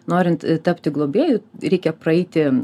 norint tapti globėju reikia praeiti